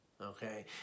Okay